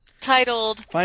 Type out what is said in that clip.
titled